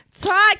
Talk